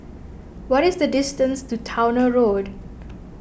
what is the distance to Towner Road